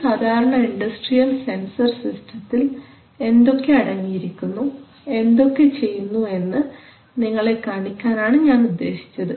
ഒരു സാധാരണ industrial sensor സിസ്റ്റത്തിൽ എന്തൊക്കെ അടങ്ങിയിരിക്കുന്നു എന്തൊക്കെ ചെയ്യുന്നു എന്ന് നിങ്ങളെ കാണിക്കാനാണ് ഞാൻ ഉദ്ദേശിച്ചത്